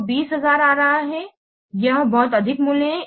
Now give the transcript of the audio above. तो 20000 आ रहा है यह बहुत अधिक मूल्य है